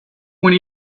when